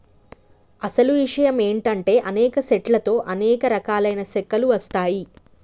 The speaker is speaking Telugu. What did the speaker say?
అసలు ఇషయం ఏంటంటే అనేక సెట్ల తో అనేక రకాలైన సెక్కలు వస్తాయి